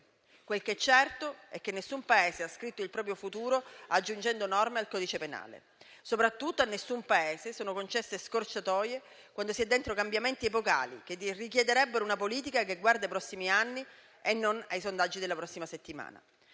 Quel che è certo è che nessun Paese ha scritto il proprio futuro aggiungendo norme al codice penale. Soprattutto, a nessun Paese sono concesse scorciatoie, quando si è dentro cambiamenti epocali, che richiederebbero una politica che guardi ai prossimi anni e non ai sondaggi della prossima settimana.